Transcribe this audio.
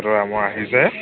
এইটো দামৰ আহি যায়